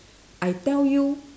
I tell you